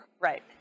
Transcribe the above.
Right